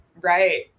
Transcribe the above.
Right